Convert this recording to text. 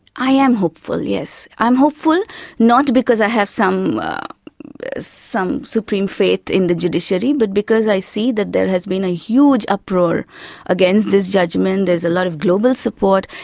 i am hopeful, yes. i'm hopeful not because i have some some supreme faith in the judiciary but because i see that there has been a huge uproar against this judgement, there's a lot of global support.